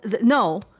no